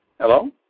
Hello